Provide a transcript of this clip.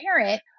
parent